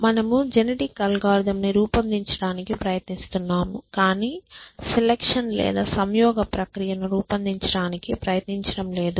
మనము genetic algorithm ని రూపొందించడానికి ప్రయత్నిస్తున్నాము కానీ సెలక్షన్ లేదా సంయోగ ప్రక్రియను రూపొందించడానికి ప్రయత్నించడం లేదు